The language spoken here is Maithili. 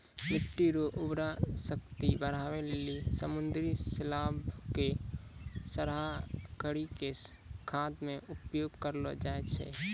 मिट्टी रो उर्वरा शक्ति बढ़ाए लेली समुन्द्री शैलाव के सड़ाय करी के खाद मे उपयोग करलो जाय छै